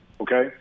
okay